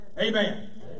Amen